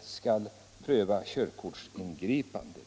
skall den också pröva körkortsingripandena.